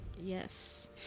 Yes